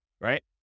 Right